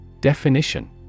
Definition